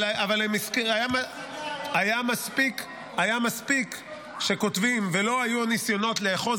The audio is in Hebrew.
אבל היה מספיק שכותבים ולא היו ניסיונות לאחוז